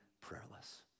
prayerless